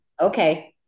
okay